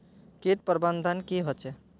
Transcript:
किट प्रबन्धन की होचे?